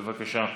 בבקשה.